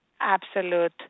absolute